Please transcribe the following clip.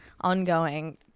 ongoing